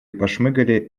пошмыгали